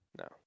no